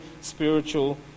spiritual